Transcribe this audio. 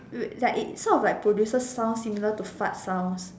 wait like it sort of produces sounds similar to fart sounds